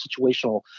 situational